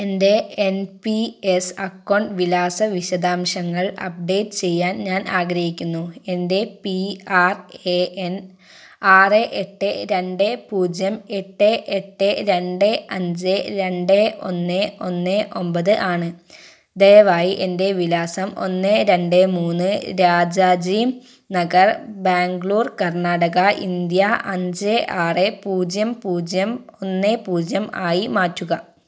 എൻ്റെ N P S account വിലാസ വിശദാംശങ്ങൾ അപ്ഡേറ്റ് ചെയ്യാൻ ഞാൻ ആഗ്രഹിക്കുന്നു എൻ്റെ പി ആർ എ എൻ ആറ് എട്ട് രണ്ട് പൂജ്യം എട്ട് എട്ട് രണ്ട് അഞ്ച് രണ്ട് ഒന്ന് ഒന്ന് ഒമ്പത് ആണ് ദയവായി എൻ്റെ വിലാസം ഒന്ന് രണ്ട് മൂന്ന് രാജാജി നഗർ ബാംഗ്ലൂർ കർണാടക ഇന്ത്യ അഞ്ച് ആറ് പൂജ്യം പൂജ്യം ഒന്ന് പൂജ്യം ആയി മാറ്റുക